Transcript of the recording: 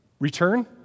Return